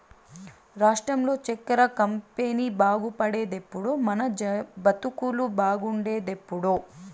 రాష్ట్రంలో చక్కెర కంపెనీ బాగుపడేదెప్పుడో మన బతుకులు బాగుండేదెప్పుడో